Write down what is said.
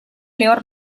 lehor